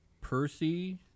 Percy